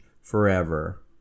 forever